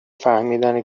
فهمیدن